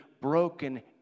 broken